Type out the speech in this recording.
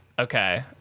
okay